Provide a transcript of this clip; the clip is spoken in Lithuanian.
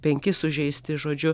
penki sužeisti žodžiu